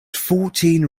fourteen